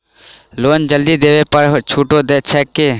Loan जल्दी देबै पर छुटो छैक की?